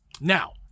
Now